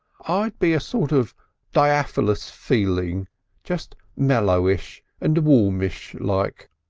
ah i'd be a sort of diaphalous feeling just mellowish and warmish like.